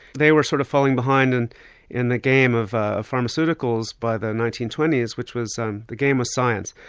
they were sort of falling behind and in the game of ah pharmaceuticals by the nineteen twenty s, which was um the game of science,